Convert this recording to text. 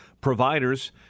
providers